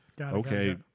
Okay